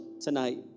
tonight